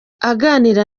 aganira